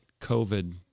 COVID